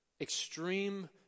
Extreme